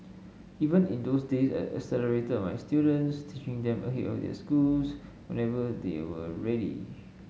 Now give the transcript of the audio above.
even in those days I accelerated my students teaching them ahead of their schools whenever they were ready